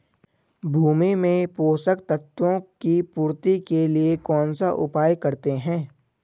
भूमि में पोषक तत्वों की पूर्ति के लिए कौनसा उपाय करते हैं?